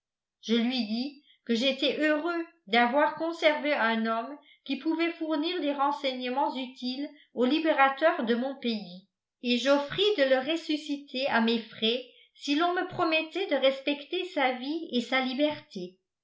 je lui dis que j'étais heureux d'avoir conservé un homme qui pouvait fournir des renseignements utiles aux libérateurs de mon pays et j'offris de le ressusciter à mes frais si l'on me promettait de respecter sa vie et sa liberté